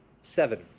Seven